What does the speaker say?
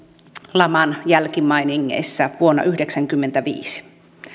laman jälkimainingeissa vuonna yhdeksänkymmentäviisi